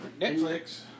Netflix